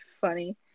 funny